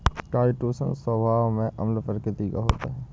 chitosan स्वभाव में अम्ल प्रकृति का होता है